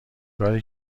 کاری